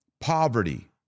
poverty